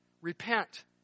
repent